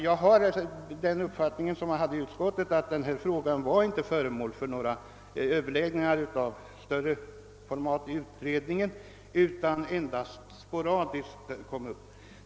Jag har alltså samma uppfattning som jag hävdade i utskottet, att denna fråga inte varit föremål för några större överläggningar inom jordbruksutredningen, utan endast sporadiskt kommit upp.